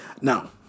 Now